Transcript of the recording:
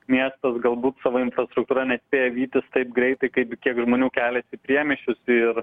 miestas galbūt savo infrastruktūra nespėja vytis taip greitai kaip kiek žmonių keliasi į priemiesčius ir